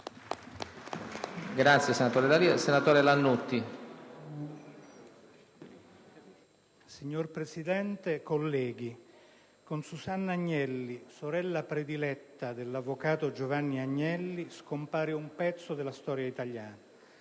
facoltà. LANNUTTI *(IdV)*. Signor Presidente, colleghi, con Susanna Agnelli, sorella prediletta dell'avvocato Giovanni Agnelli, scompare un pezzo della storia italiana.